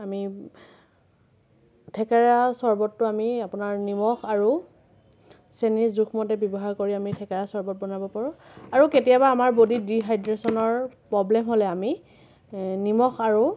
আমি থেকেৰা চৰ্বতটো আমি আপোনাৰ নিমখ আৰু চেনি জোখ মতে ব্যৱহাৰ কৰি আমি থেকেৰা চৰ্বত বনাব পাৰোঁ আৰু কেতিয়াবা আমাৰ বডিত ডিহাইড্ৰেচনৰ প্ৰব্লেম হ'লে আমি নিমখ আৰু